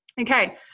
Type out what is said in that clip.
Okay